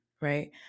Right